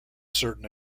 certain